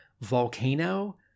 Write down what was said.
volcano